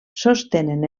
sostenen